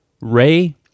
Ray